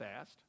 asked